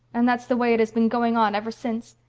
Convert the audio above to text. and that's the way it has been going on ever since.